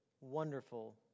wonderful